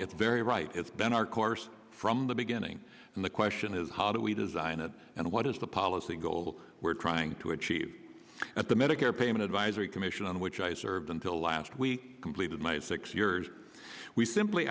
it's very right it's been our course from the beginning and the question is how do we design it and what is the policy goal we're trying to achieve at the medicare payment advisory commission on which i served until last we completed my six years we simply